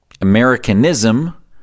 Americanism